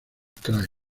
krai